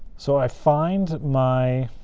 so i find my